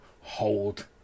hold